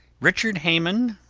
richard haymon,